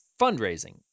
fundraising